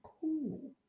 cool